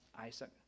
Isaac